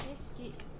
skater